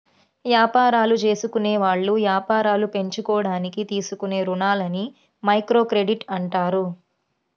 యాపారాలు జేసుకునేవాళ్ళు యాపారాలు పెంచుకోడానికి తీసుకునే రుణాలని మైక్రోక్రెడిట్ అంటారు